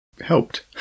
helped